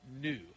new